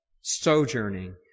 sojourning